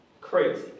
crazy